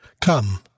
Come